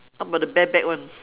how about the bare back one